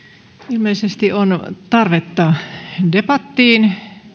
ilmeisesti on tarvetta debattiin